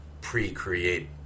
pre-create